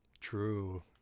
True